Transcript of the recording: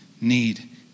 need